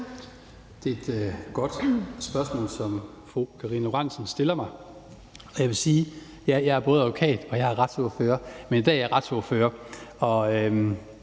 Det er et godt spørgsmål, som fru Karina Lorentzen Dehnhardt stiller mig, og jeg vil sige, at jeg både er advokat og retsordfører, men i dag er jeg retsordfører.